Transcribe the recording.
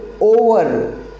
over